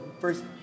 first